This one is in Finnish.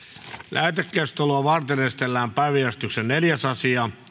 lähetekeskustelua varten esitellään päiväjärjestyksen neljäs asia